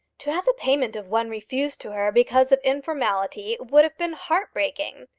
to have the payment of one refused to her because of informality would have been heart-breaking.